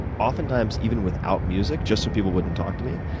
oftentimes even without music, just so people wouldn't talk to me.